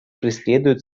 преследуют